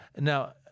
Now